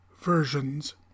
versions